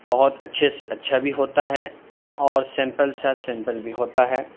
بہت اچھے سے اچھا بھی ہوتا ہے اور سیمپل سا سیمپل بھی ہوتا ہے